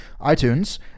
iTunes